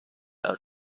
out